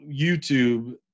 youtube